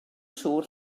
siŵr